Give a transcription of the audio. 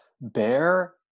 Bear